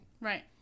right